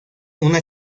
una